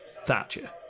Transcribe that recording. Thatcher